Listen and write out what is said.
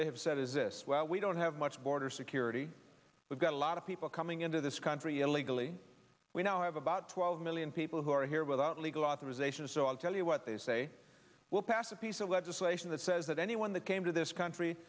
they have said is this well we don't have much border security we've got a lot of people coming into this country illegally we now have about twelve million people who are here without legal authorization so i'll tell you what they say we'll pass a piece of legislation that says that anyone that came to this country